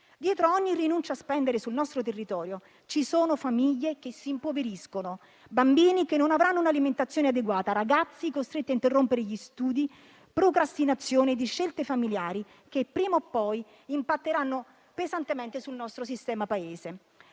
Dietro ad ogni rinuncia a spendere sul nostro territorio ci sono famiglie che si impoveriscono, bambini che non avranno un'alimentazione adeguata, ragazzi costretti a interrompere gli studi, procrastinazione di scelte familiari che, prima o poi, impatteranno pesantemente sul nostro sistema Paese.